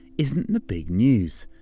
isn't the big news.